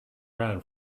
ran